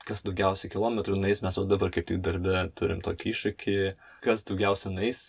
kas daugiausiai kilometrų nueis mes va dabar kaip tik darbe turim tokį iššūkį kas daugiausia nueis